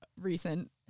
recent